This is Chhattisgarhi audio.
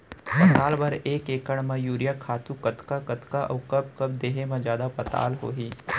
पताल बर एक एकड़ म यूरिया खातू कतका कतका अऊ कब कब देहे म जादा पताल होही?